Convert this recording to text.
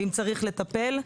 ואם צריך לטפל.